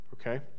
Okay